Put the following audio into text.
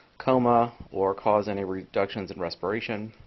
coma, or cause any reductions in respiration.